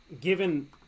given